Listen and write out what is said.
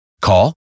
Call